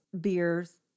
beers